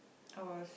I was